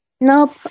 Nope